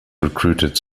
recruited